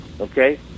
okay